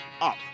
up